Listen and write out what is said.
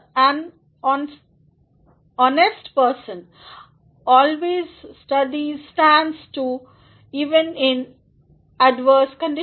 an honest person always stands true even in adverse condition